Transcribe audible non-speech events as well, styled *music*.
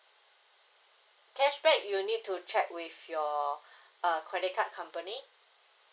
cashback you need to check with your *breath* uh credit card company